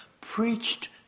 preached